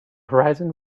horizon